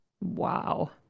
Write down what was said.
Wow